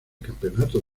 campeonato